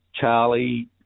Charlie